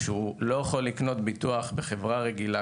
שלא יכול לקנות ביטוח בחברה רגילה,